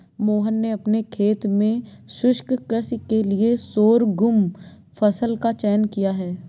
मोहन ने अपने खेत में शुष्क कृषि के लिए शोरगुम फसल का चयन किया है